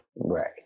Right